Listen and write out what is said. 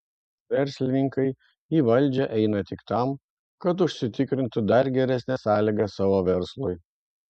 verslininkai į valdžią eina tik tam kad užsitikrintų dar geresnes sąlygas savo verslui